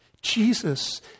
Jesus